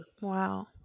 Wow